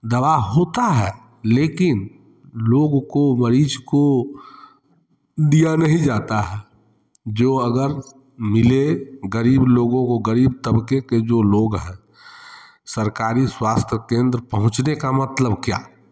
दवा होता है लेकिन लोगों मरीज को दिया नहीं जाता है जो अगर मिले गरीब लोगों को गरीब तबके के जो लोग हैं सरकारी स्वास्थ्य केंद्र पहुँचने का मतलब क्या